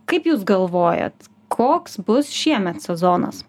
kaip jūs galvojat koks bus šiemet sezonas